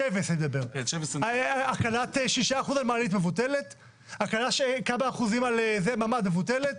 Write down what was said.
הקלה של כמה אחוזים בממ"ד מבוטלת?